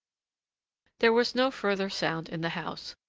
there was no further sound in the house,